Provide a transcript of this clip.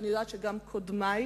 ואני יודעת שגם קודמי,